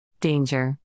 Danger